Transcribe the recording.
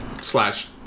slash